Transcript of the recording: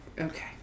Okay